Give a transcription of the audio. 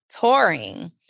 touring